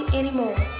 anymore